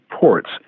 ports